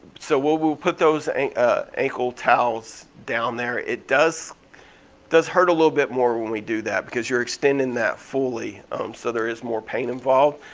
so we'll we'll put those ah ankle towels down there. it does does hurt a little bit more when we do that because you're extending that fully so there is more pain involved.